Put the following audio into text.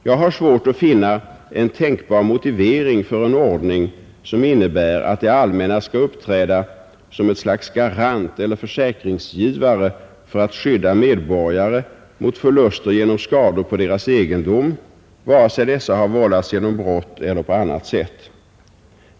Jag har svårt att finna en tänkbar motivering för en ordning som innebär att det allmänna skall uppträda som ett slags garant eller försäkringsgivare för att skydda medborgare mot förluster genom skador på deras egendom, vare sig dessa vållats genom brott eller på annat sätt.